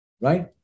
Right